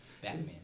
Batman